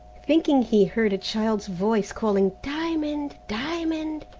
thinking he heard a child's voice, calling diamond, diamond!